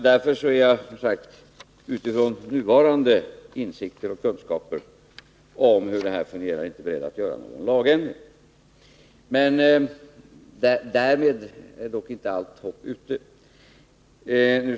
Därför är jag som sagt utifrån nuvarande insikter och kunskaper om hur detta fungerar inte beredd att göra någon lagändring. Därmed är dock inte allt hopp ute.